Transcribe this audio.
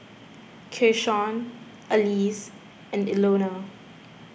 Keyshawn Alize and Ilona